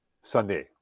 Sunday